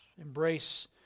embrace